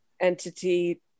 entity